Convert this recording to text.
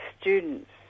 students